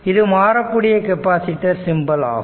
இது மாறக்கூடிய capacitor symbol ஆகும்